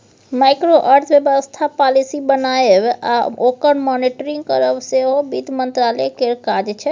micro अर्थबेबस्था policy बनाएब आ ओकर मॉनिटरिंग करब सेहो बित्त मंत्रालय केर काज छै